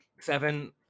Seven